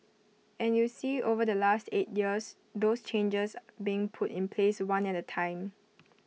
and you see over the last eight years those changes being put in place one at A time